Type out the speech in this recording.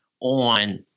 on